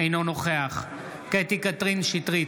אינו נוכח קטי קטרין שטרית,